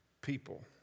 people